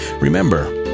Remember